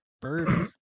bird